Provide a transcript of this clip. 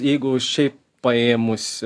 jeigu šiaip paėmus